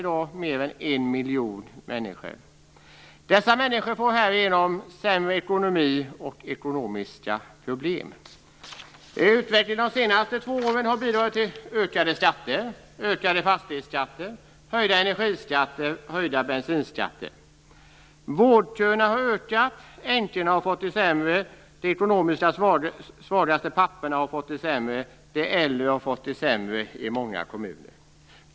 Dessa människor får genom regeringens politik en sämre ekonomi och ekonomiska problem. Utvecklingen under de senaste två åren har bidragit till ökade skatter: ökade fastighetsskatter, höjda energiskatter och höjda bensinskatter. Vårdköerna har ökat, änkorna har fått det sämre, de ekonomiskt svagaste papporna har fått det sämre, och i många kommuner har de äldre fått det sämre.